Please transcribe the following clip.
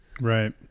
Right